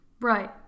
Right